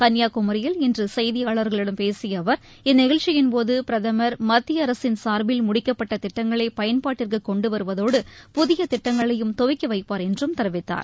கள்ளியாகுமரியில் இன்று செய்தியாளர்களிடம் பேசிய அவர் இந்நிகழ்ச்சியின்போது பிரதமர் மத்திய அரசின் சார்பில் முடிக்கப்பட்ட திட்டங்களை பயன்பாட்டிற்கு கொண்டு வருவதோடு புதிய திட்டங்களையும் துவக்கி வைப்பார் என்றும் தெரிவித்தார்